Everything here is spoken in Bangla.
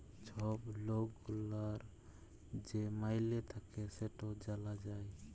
ছব লক গুলার যে মাইলে থ্যাকে সেট জালা যায়